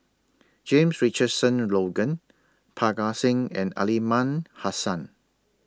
James Richardson Logan Parga Singh and Aliman Hassan